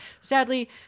sadly